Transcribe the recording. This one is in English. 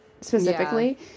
specifically